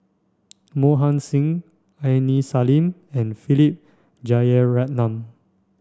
Mohan Singh Aini Salim and Philip Jeyaretnam